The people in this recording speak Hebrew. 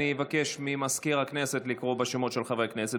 אבקש ממזכיר הכנסת לקרוא בשמות חברי הכנסת.